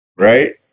Right